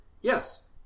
Yes